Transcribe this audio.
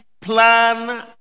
plan